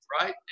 right